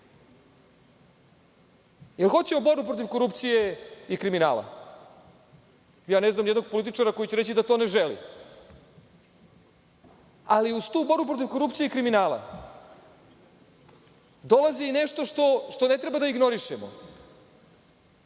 li hoćemo borbu protiv korupcije i kriminala? Ne znam ni jednog političara koji će reći da to ne želi. Ali, uz tu borbu protiv korupcije i kriminala dolazi i nešto što ne treba da ignorišemo,